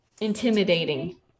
intimidating